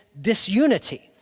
disunity